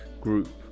group